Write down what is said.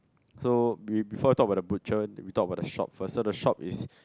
so we before talk about the butcher we talk about the shop first so the shop is